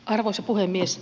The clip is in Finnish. arvoisa puhemies